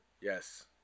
Yes